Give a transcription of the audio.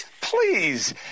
Please